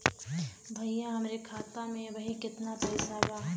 भईया हमरे खाता में अबहीं केतना पैसा बा?